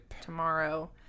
tomorrow